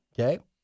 Okay